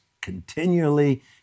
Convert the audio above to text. continually